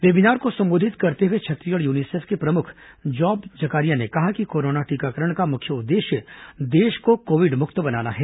webinar को संबोधित करते हुए छत्तीसगढ़ यूनिसेफ के प्रमुख जॉब जकारिया ने कहा कि कोरोना टीकाकरण का मुख्य उद्देश्य देश को कोविड मुक्त बनाना है